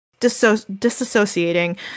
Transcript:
disassociating